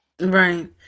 Right